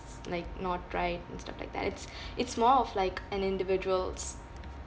like not right and stuff like that it's it's more of like an individual's